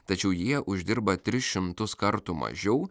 tačiau jie uždirba tris šimtus kartų mažiau